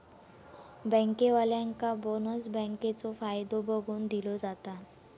बँकेवाल्यांका बोनस बँकेचो फायदो बघून दिलो जाता